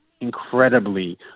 incredibly